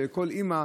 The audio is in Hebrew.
לכל אימא,